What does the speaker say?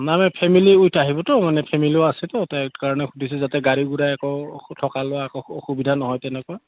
family with আহিবতো মানে ফেমিলিও আছে তাৰ কাৰণে সুধিছো যাতে গাড়ী আকৌ অসুবিধা নহয় তেনেকুৱা